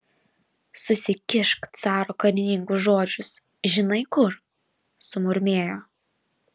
susikišk caro karininkų žodžius žinai kur sumurmėjo